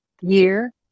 year